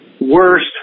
worst